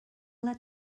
let